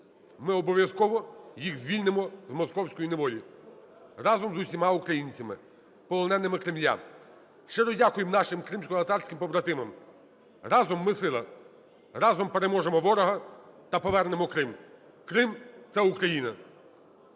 Ми обов'язково їх звільнимо з московської неволі разом з усіма українцями – полоненими Кремля. Щиро дякуємо нашим кримськотатарським побратимам! Разом ми – сила. Разом переможемо ворога та повернемо Крим. Крим – це Україна.